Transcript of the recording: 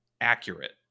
accurate